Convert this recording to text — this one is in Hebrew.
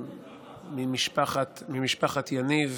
ממשפחת יניב,